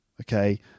Okay